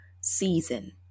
season